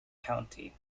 county